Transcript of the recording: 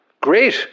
Great